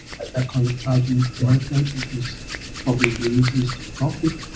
at that kind of charging arrangement because probably the easiest to kick off with,